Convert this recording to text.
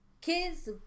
Kids